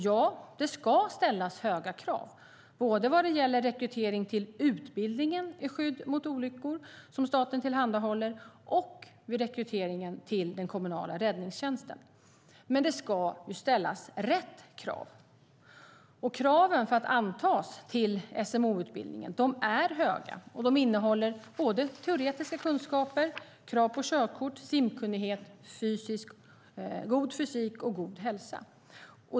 Ja, det ska ställas höga krav, både vad gäller rekrytering till utbildningen i skydd mot olyckor som staten tillhandahåller och vid rekryteringen till den kommunala räddningstjänsten. Men det ska ställas rätt krav, och kraven för att antas till SMO-utbildningen är höga. De innehåller både teoretiska kunskaper, krav på körkort, simkunnighet, god fysik och god hälsa.